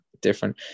different